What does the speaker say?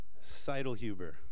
Seidelhuber